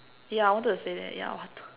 yeah I wanted to say that yeah water